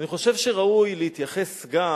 אני חושב שראוי להתייחס גם